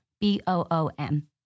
B-O-O-M